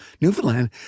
Newfoundland